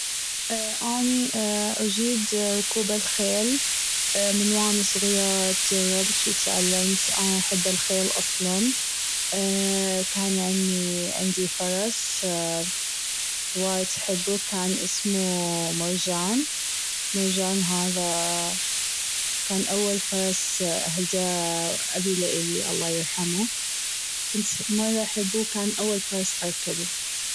أني اجيد ركوب الخيل من و أنا صغيرة أنا أحب الخيل أصلاً. كان عندي- عندي فرس وايد احبه كان اسمه مرجان. مرجان هذا كان أول فرس اهداه أبي لإلي الله يرحمه. كنت مرة احبه كان أول فرس اركبه.